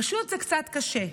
פשוט זה קצת קשה.